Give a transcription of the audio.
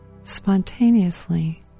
spontaneously